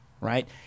right